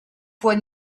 foi